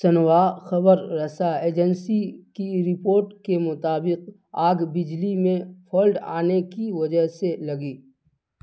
Xinhua خبر رسا agency کی رپورٹ کے مطابق آگ بجلی میں فالٹ آنے کی وجہ سے لگی